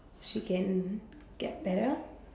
she can get better